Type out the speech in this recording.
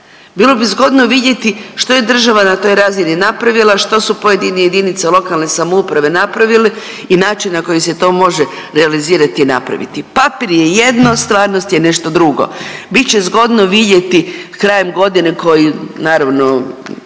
Bilo bi zgodno vidjeti što je država na toj razini napravila, što su pojedine jedinice lokalne samouprave napravile i način na koji se to može realizirati je napraviti. Papir je jedno, stvarnost je nešto drugo. Bit će zgodno vidjeti krajem godine koji naravno